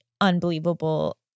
unbelievable